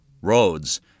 roads